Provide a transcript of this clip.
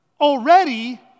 already